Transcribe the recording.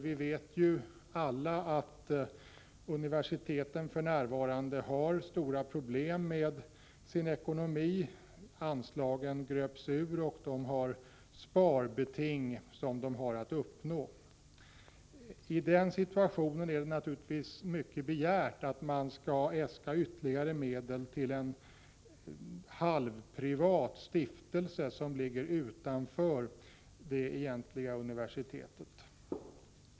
Vi vet ju alla att universiteten för närvarande har stora problem med sin ekonomi. Anslagen gröps ur, och de har sparbeting som de måste uppnå. I den situationen är det mycket begärt att de skulle äska ytterligare medel till en halvprivat stiftelse som ligger utanför det egentliga universitetet.